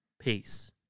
Peace